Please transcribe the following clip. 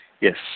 Yes